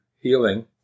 healing